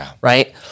right